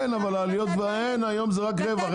כן, אבל העלויות כבר אין, היום זה רק רווח.